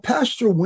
Pastor